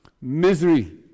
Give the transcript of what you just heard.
misery